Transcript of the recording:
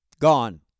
gone